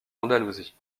andalousie